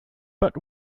but